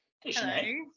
Hello